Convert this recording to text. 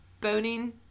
boning